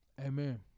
Amen